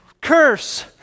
curse